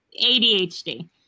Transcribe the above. adhd